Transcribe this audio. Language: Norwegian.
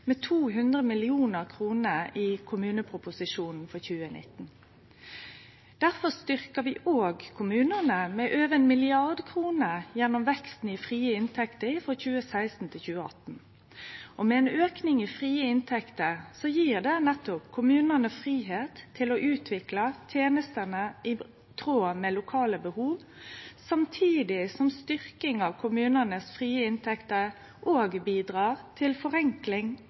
med 200 mill. kr i kommuneproposisjonen for 2019. Difor styrkte vi òg kommunane med over 1 mrd. kr gjennom veksten i frie inntekter frå 2016 til 2018. Med ein auke i frie inntekter gjev det nettopp kommunane fridom til å utvikle tenestene i tråd med lokale behov, samtidig som styrking av dei frie inntektene til kommunane òg bidrar til forenkling